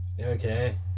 okay